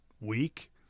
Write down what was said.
week